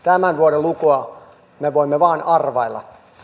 tämän vuoden lukua me voimme vain arvailla